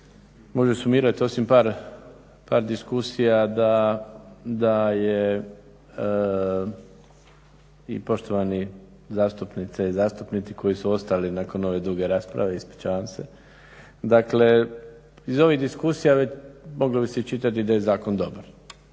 može sumirati osim par diskusija da je i poštovani zastupnice i zastupnici koji su ostali nakon ove druge rasprave, ispričavam se. Dakle, iz ovih diskusija moglo bi se iščitati da je zakon dobar.